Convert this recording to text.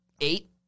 eight